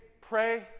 pray